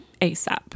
asap